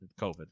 COVID